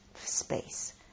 space